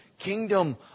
kingdom